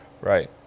right